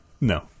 no